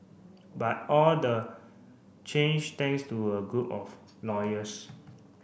but all the change thanks to a group of lawyers